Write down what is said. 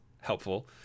helpful